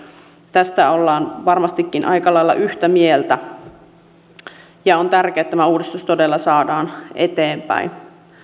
tästä ollaan varmastikin aika lailla yhtä mieltä on tärkeää että tämä uudistus todella saadaan eteenpäin